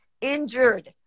injured